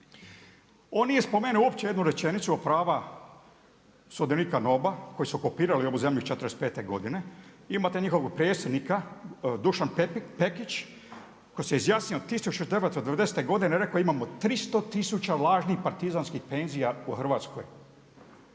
On nije spomenuo uopće jednu rečenicu a prava sudionika NOB-a koji su okupirali ovu zemlju '45. godine, imate njihovog predsjednika, Dušan Pekić, koji se izjasnio …/Govornik se ne razumije./… godine je rekao imamo 300 tisuća lažnih partizanskih penzija u Hrvatskoj.